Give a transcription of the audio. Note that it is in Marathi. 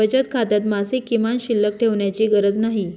बचत खात्यात मासिक किमान शिल्लक ठेवण्याची गरज नाही